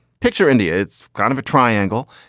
picture india. it's kind of a triangle.